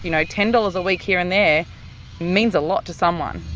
you know, ten dollars a week here and there means a lot to someone,